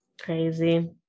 crazy